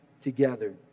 together